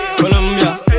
Colombia